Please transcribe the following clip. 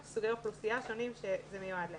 ולסוגי אוכלוסייה שונים שזה מיועד להם.